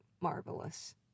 Marvelous